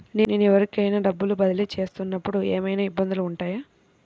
నేను ఎవరికైనా డబ్బులు బదిలీ చేస్తునపుడు ఏమయినా ఇబ్బందులు వుంటాయా?